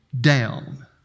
down